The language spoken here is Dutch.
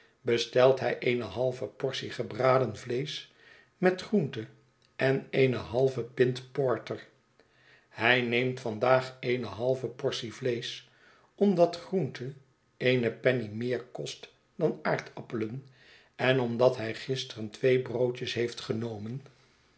bestelt hij eene halve portie gebraden vleesch met groente en eene halve pint porter hij neeint vandaag eene halve portie vleesch omdat groente eene penny meer kost dan aardappelen en omdat hij gisteren twee broodjes heeft genomen